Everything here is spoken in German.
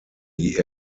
die